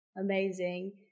amazing